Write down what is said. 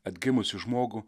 atgimusį žmogų